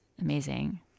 amazing